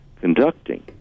conducting